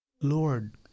Lord